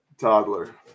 toddler